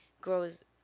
grows